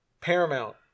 Paramount